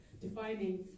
defining